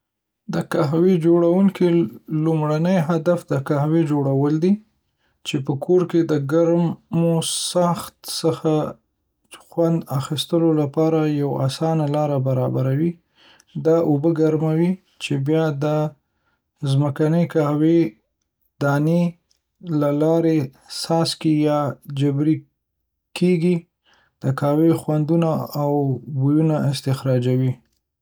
د قهوې جوړونکي لومړنی هدف د قهوې جوړول دي، چې په کور کې د ګرمو څښاک څخه خوند اخیستلو لپاره یوه اسانه لاره برابروي. دا اوبه ګرموي، چې بیا د ځمکني قهوې لوبیا له لارې څاڅي یا جبري کیږي، د قهوې خوندونه او بویونه استخراجوي.